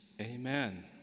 Amen